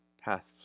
paths